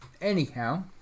Anyhow